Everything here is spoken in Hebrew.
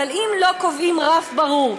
אם לא קובעים רף ברור,